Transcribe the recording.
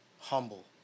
humble